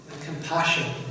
compassion